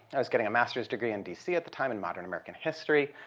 i was getting a master's degree in dc at the time in modern american history.